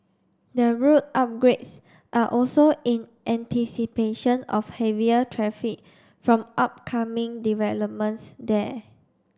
the road upgrades are also in anticipation of heavier traffic from upcoming developments there